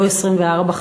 לא 24,